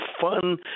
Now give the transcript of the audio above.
fun